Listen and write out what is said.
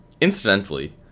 Incidentally